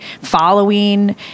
following